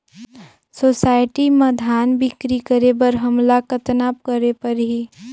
Society म धान बिक्री करे बर हमला कतना करे परही?